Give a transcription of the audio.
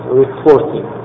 reporting